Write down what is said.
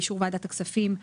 אישור ועדת הכספים,